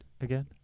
again